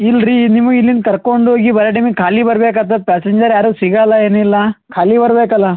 ಇಲ್ರಿ ನಿಮಗ್ ಇಲ್ಲಿಂದ ಕರ್ಕೊಂಡು ಹೋಗಿ ಬರೋ ಟೈಮಿಗೆ ಖಾಲಿ ಬರ್ಬೆಕು ಆಗ್ತತ್ ಪ್ಯಾಸೆಂಜರ್ ಯಾರು ಸಿಗೋಲ್ಲ ಏನು ಇಲ್ಲ ಖಾಲಿ ಬರಬೇಕಲ್ಲ